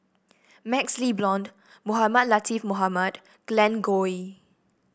MaxLe Blond Mohamed Latiff Mohamed Glen Goei